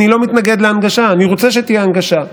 אני לא מתנגד להנגשה, אני רוצה שתהיה הנגשה,